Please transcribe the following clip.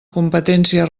competència